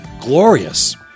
glorious